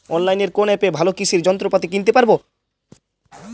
অনলাইনের কোন অ্যাপে ভালো কৃষির যন্ত্রপাতি কিনতে পারবো?